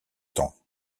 temps